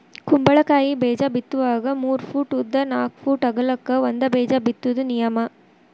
ಕುಂಬಳಕಾಯಿ ಬೇಜಾ ಬಿತ್ತುವಾಗ ಮೂರ ಪೂಟ್ ಉದ್ದ ನಾಕ್ ಪೂಟ್ ಅಗಲಕ್ಕ ಒಂದ ಬೇಜಾ ಬಿತ್ತುದ ನಿಯಮ